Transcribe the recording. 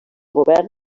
govern